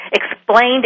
explained